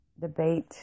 Debate